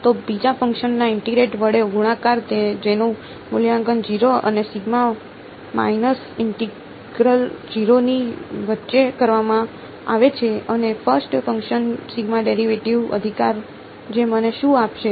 તો બીજા ફંક્શનના ઇન્ટિગ્રલ વડે ગુણાકાર જેનું મૂલ્યાંકન 0 અને માઈનસ ઇન્ટિગ્રલ 0 ની વચ્ચે કરવામાં આવે છે અને ફર્સ્ટ ફંક્શનના ડેરિવેટિવ અધિકાર જે મને શું આપશે